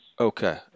Okay